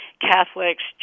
Catholics